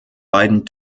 beiden